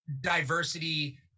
diversity